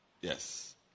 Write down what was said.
Yes